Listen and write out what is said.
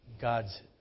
God's